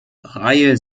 reihe